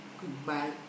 Goodbye